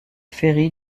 ferry